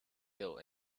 ill